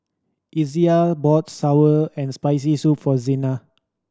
Izayah bought sour and Spicy Soup for Zena